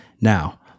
Now